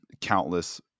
countless